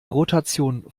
rotation